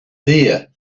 there